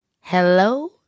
Hello